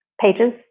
pages